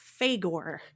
Fagor